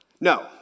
No